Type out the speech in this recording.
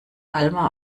alma